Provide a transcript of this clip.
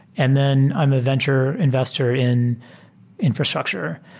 and then i'm a venture investor in infrastructure.